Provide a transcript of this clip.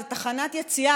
איזו תחנת יציאה,